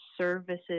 services